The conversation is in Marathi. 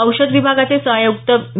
औषध विभागाचे सह आयुक्त मि